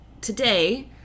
today